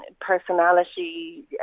personality